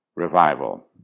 revival